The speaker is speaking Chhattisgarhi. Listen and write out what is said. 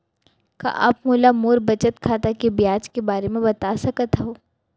का आप मोला मोर बचत खाता के ब्याज के बारे म बता सकता हव?